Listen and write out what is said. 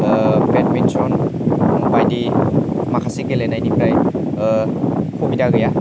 badminton बायदि माखासे गेलेनायनि सुबिदा गैया